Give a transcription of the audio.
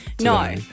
No